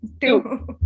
Two